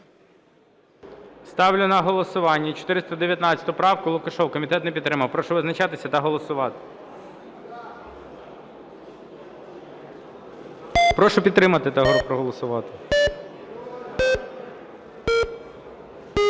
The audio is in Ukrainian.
Ставлю на голосування 419 правку Лукашева. Комітет не підтримав. Прошу визначатися та голосувати. Прошу підтримати та проголосувати.